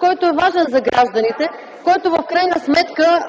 който е важен за гражданите, който в крайна сметка